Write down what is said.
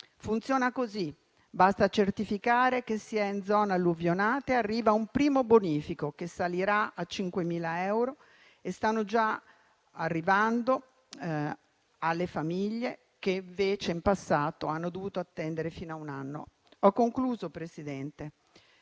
Funziona così: basta certificare che si è in zone alluvionate e arriva un primo bonifico che salirà a 5.000 euro. Questi aiuti stanno già arrivando alle famiglie che invece in passato hanno dovuto attendere fino a un anno. In conclusione, Presidente,